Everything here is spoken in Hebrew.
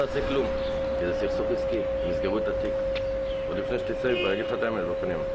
שעושה עבודה עיתונאית כבר הרבה זמן וזה לא מהיום וזה מתמשך.